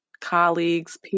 colleagues